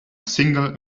single